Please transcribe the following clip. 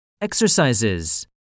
Exercises